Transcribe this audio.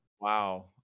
Wow